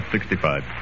Sixty-five